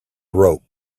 rope